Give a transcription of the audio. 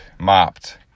mopped